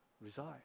reside